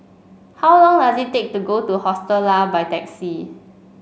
how long does it take to get to Hostel Lah by taxi